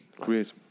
Great